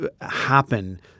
happen